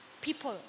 people